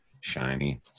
Shiny